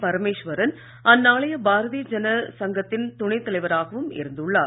பரமேஸ்வரன் அந்நாளைய பாரதீய ஜன சங்கத்தின் துணை தலைவராகவும் இருந்துள்ளார்